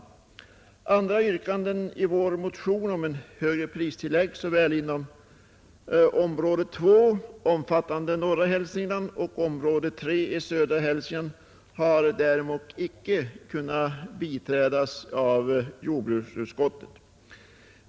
Andra yrkanden i vår motion, t.ex. om ett högre pristillägg såväl inom område II, omfattande norra Hälsingland, och område III, södra Hälsingland, har däremot icke kunnat biträdas av jordbruksutskottet.